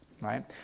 right